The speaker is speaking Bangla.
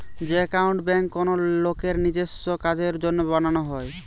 যে একাউন্ট বেঙ্কে কোনো লোকের নিজেস্য কাজের জন্য বানানো হয়